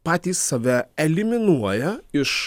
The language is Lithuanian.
patys save eliminuoja iš